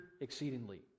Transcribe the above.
exceedingly